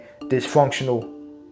dysfunctional